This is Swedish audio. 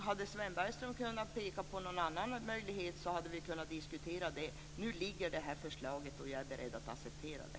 Hade Sven Bergström pekat på någon annan möjlighet, hade vi kunnat diskutera den. Nu ligger det här förslaget, och jag är beredd att diskutera det.